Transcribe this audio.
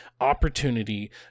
opportunity